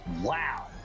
Wow